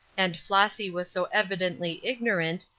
and flossy was so evidently ignorant,